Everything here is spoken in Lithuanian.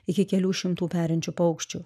iki kelių šimtų perinčių paukščių